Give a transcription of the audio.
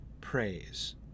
praise